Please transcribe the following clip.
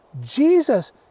jesus